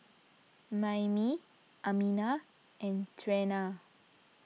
Mayme Amina and Trena